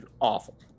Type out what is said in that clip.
awful